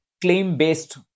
Claim-based